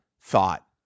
thought